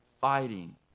fighting